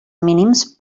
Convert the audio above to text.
mínims